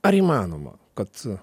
ar įmanoma kad